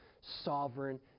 sovereign